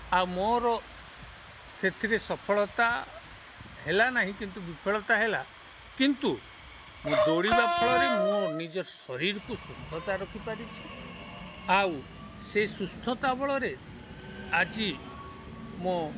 ଆଉ ମୋର ସେଥିରେ ସଫଳତା ହେଲା ନାହିଁ କିନ୍ତୁ ବିଫଳତା ହେଲା କିନ୍ତୁ ମୁଁ ଦୌଡ଼ିବା ଫଳରେ ମୁ ନିଜର ଶରୀରକୁ ସୁସ୍ଥତା ରଖିପାରିଛି ଆଉ ସେ ସୁସ୍ଥତା ବଳରେ ଆଜି ମୋ